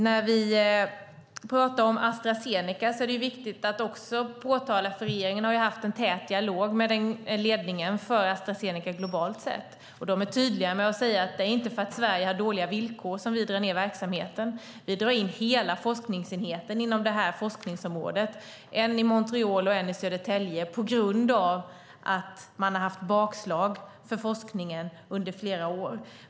När vi talar om Astra Zeneca är det viktigt att säga att regeringen har haft en tät dialog med ledningen för Astra Zeneca globalt sett. De är tydliga med att säga att de inte drar ned verksamheten därför att Sverige har dåliga villkor. De drar in hela forskningsenheten inom detta forskningsområde - en i Montreal och en i Södertälje - på grund av att man har haft bakslag för forskningen under flera år.